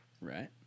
Right